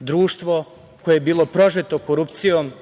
društvo koje je bilo prožeto korupcijom